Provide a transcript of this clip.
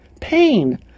Pain